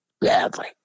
badly